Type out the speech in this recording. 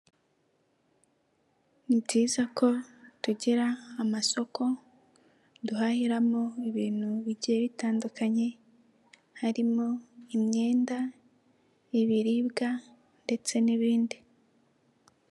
Ni byiza ko tugira amasoko duhahiramo ibintu bigiye bitandukanye, harimo imyenda, ibiribwa, ndetse n'ibindi.